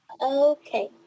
Okay